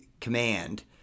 command